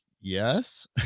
yes